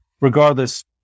regardless